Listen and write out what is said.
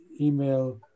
email